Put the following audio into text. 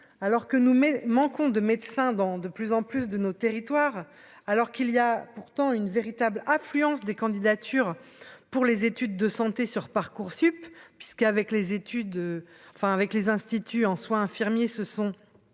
alors que nous, mais manquons de médecins dans de plus en plus de nos territoires, alors qu'il y a pourtant une véritable affluence des candidatures pour les études de santé sur Parcoursup puisqu'avec les études, enfin avec les instituts en soins infirmiers, ce sont